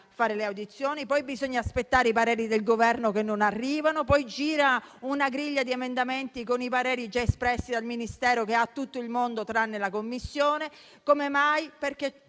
fare le audizioni, aspettare i pareri del Governo che non arrivano, girando poi una griglia di emendamenti con i pareri già espressi dal Ministero che ha tutto il mondo, tranne la Commissione. Ciò è